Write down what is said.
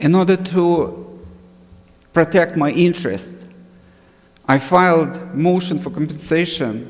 in order to protect my interest i filed a motion for compensation